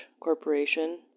corporation